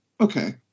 okay